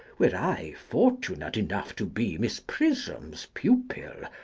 were i fortunate enough to be miss prism's pupil,